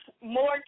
More